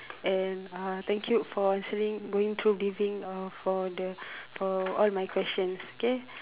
and (uh)thank you for answering going through giving for the for all my questions okay